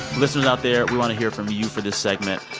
listeners out there, we want to hear from you for this segment.